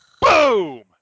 Boom